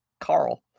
carl